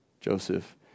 Joseph